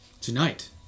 Tonight